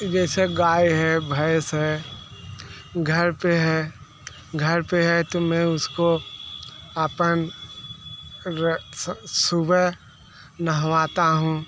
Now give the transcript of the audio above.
जैसे गाय है भैंस है घर पर है घर पर है तो मैं उसको अपन सुबह नहलाता हूँ